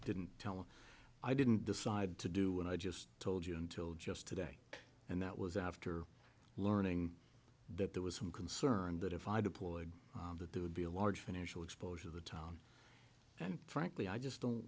him i didn't decide to do and i just told you until just today and that was after learning that there was some concern that if i deployed that there would be a large financial exposure of the town and frankly i just don't